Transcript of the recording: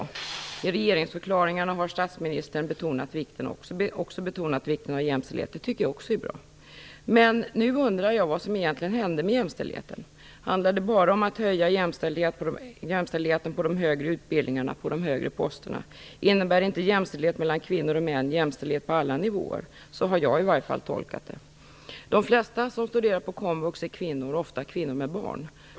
Också i regeringsförklaringarna har statsministern betonat vikten av jämställdhet, och även det är bra. Men nu undrar jag vad som egentligen hände med jämställdheten. Handlar det bara om att öka jämställdheten i de högre utbildningarna och på de högre posterna? Innebär inte jämställdhet mellan kvinnor och män jämställdhet på alla nivåer. Så har jag i alla fall tolkat det. De flesta som studerar på komvux är kvinnor, ofta kvinnor med barn.